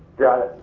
got it.